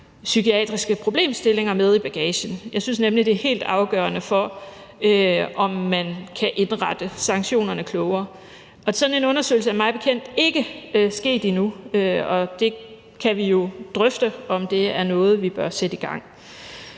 psykiske problemer med i bagagen. Jeg synes nemlig, det er helt afgørende for, om man kan indrette sanktionerne klogere. Sådan en undersøgelse er mig bekendt ikke blevet foretaget endnu, og vi kan jo drøfte, om det er noget, vi bør sætte i gang.